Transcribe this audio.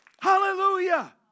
Hallelujah